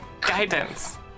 Guidance